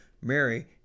Mary